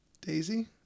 Daisy